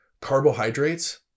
carbohydrates